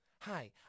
Hi